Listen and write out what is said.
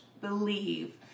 believe